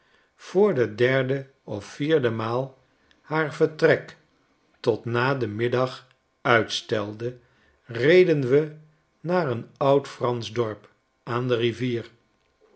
voor de derde of vierde maal haar vertrek tot na den middag uitstelde reden we naar een oud fransch dorp aan de rivier